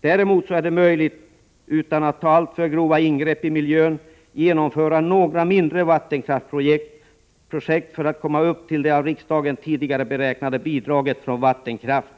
Däremot är det möjligt att, utan att göra alltför stora ingrepp i miljön, genomföra några mindre vattenkraftsprojekt för att komma upp till det av riksdagen tidigare beräknade bidraget från vattenkraft